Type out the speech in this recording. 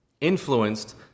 influenced